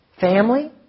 family